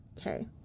okay